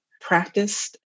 practiced